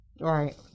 right